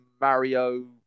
mario